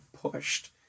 pushed